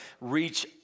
reach